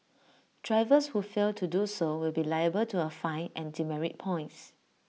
drivers who fail to do so will be liable to A fine and demerit points